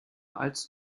als